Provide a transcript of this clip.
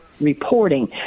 reporting